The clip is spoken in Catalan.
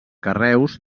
carreus